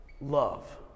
love